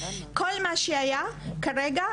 כל מה שהיה כרגע,